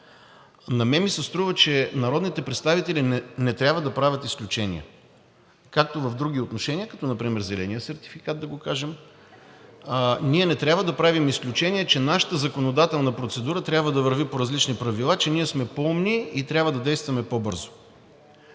На мен ми се струва, че народните представители не трябва да правят изключения както в други отношения, като например зеления сертификат, да кажем. Ние не трябва да правим изключение, че нашата законодателна процедура трябва да върви по различни правила, че ние сме по-умни и трябва да действаме по-бързо.